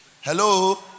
Hello